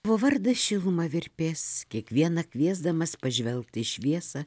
o vardas šiluma virpės kiekvieną kviesdamas pažvelgti į šviesą